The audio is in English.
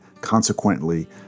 consequently